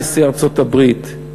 נשיא ארצות-הברית,